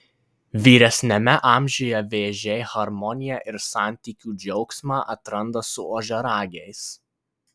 vyresniame amžiuje vėžiai harmoniją ir santykių džiaugsmą atranda su ožiaragiais